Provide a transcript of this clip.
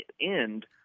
end